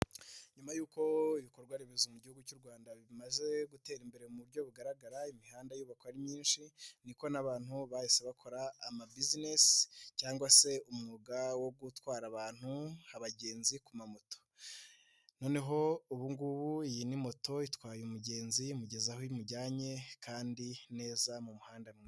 Nyuma yuko ibikorwa remezo mu gihuguhugu cy'u Rwanda bimaze gutera imbere mu buryo bugaragara imihanda yubakwa ari myinshi, niko n'abantu bahise bakora ama bisinesi cyangwa se umwuga wo gutwara abantu, abagenzi kuma moto. Noneho ubu ngubu iyi ni moto itwaye umugenzi imugeza aho imujyanye kandi neza mu muhanda mwiza.